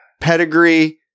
pedigree